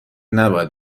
نباید